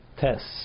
Tests